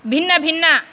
भिन्न भिन्न